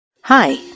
Hi